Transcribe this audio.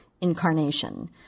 incarnation